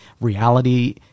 reality